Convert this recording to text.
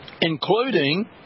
including